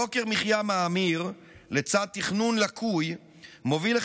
יוקר מחיה מאמיר לצד תכנון לקוי מובילים